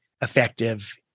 effective